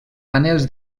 panels